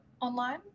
online